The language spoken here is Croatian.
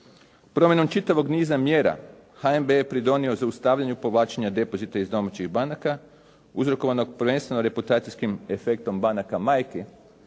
Promjenom čitavog niza mjera HNB je pridonio zaustavljanju povlačenja depozita iz domaćih banaka uzrokovanog prvenstveno reputacijskim efektom banaka majki